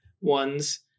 ones